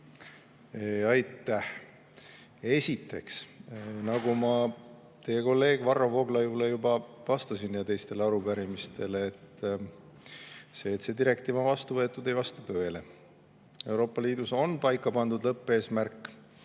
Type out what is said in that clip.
Aitäh! Esiteks, nagu ma teie kolleegile Varro Vooglaiule juba vastasin ja teistele arupärijatele, see, et see direktiiv on vastu võetud, ei vasta tõele. Euroopa Liidus on paika pandud lõppeesmärk